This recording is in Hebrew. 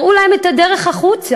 הראו להם את הדרך החוצה,